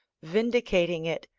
vindicating it,